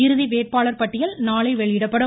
இறுதி வேட்பாளர் பட்டியல் நாளை வெளியிடப்படும்